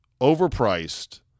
overpriced